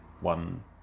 one